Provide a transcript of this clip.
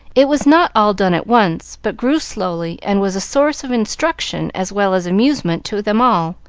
it was not all done at once, but grew slowly, and was a source of instruction as well as amusement to them all,